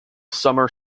summer